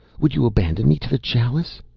would you abandon me to the chalice?